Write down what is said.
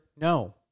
No